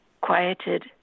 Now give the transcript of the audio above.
Quieted